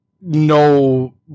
no